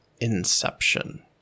Inception